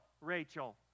Rachel